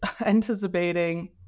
anticipating